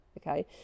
okay